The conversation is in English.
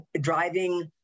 driving